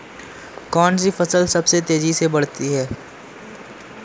कौनसी फसल सबसे तेज़ी से बढ़ती है?